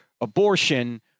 abortion